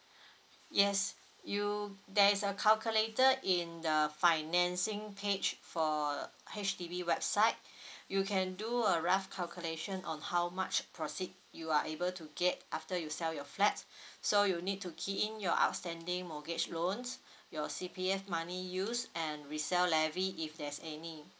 yes you there is a calculator in the financing page for H_D_B website you can do a rough calculation on how much proceed you are able to get after you sell your flat so you need to key in your outstanding mortgage loans your C_P_F money used and resale levy if there's any